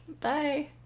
Bye